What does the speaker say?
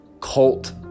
cult